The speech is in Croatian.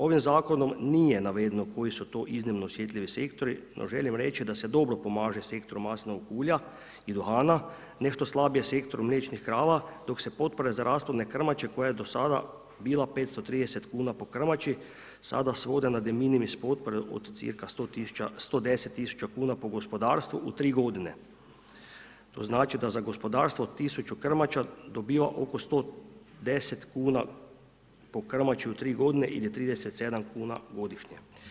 Ovim zakonom nije navedeno koji su to iznimno osjetljivi sektori, a želim reći da se dobro pomaže sektoru maslinovog ulja i duhana, nešto slabije sektoru mliječnih krava, dok se potpore za rasplodne krmače koja je do sada bila 530 kuna po krmači sada svode na deminimis potpore od cca 110 000 kuna po gospodarstvu u 3 godine, to znači da za gospodarstvu od 1000 krmača dobiva oko 110 kuna po krmači u 3 godine ili 37 kuna godišnje.